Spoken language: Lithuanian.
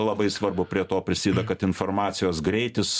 labai svarbu prie to prisideda kad informacijos greitis